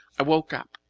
i woke up.